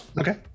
okay